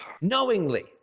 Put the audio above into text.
Knowingly